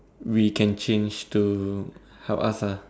we can change to help us ah